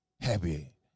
happy